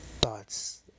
thoughts